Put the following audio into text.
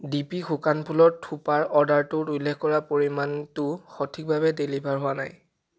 D পি শুকান ফুলৰ থোপাৰ অৰ্ডাৰটোত উল্লেখ কৰা পৰিমাণটো সঠিকভাৱে ডেলিভাৰ হোৱা নাই